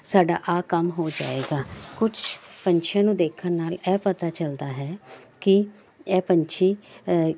ਸਾਡਾ ਆਹ ਕੰਮ ਹੋ ਜਾਏਗਾ ਕੁਛ ਪੰਛੀਆਂ ਨੂੰ ਦੇਖਣ ਨਾਲ ਇਹ ਪਤਾ ਚਲਦਾ ਹੈ ਕਿ ਇਹ ਪੰਛੀ